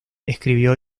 escribió